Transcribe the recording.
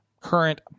current